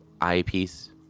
eyepiece